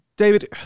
David